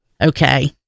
okay